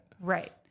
right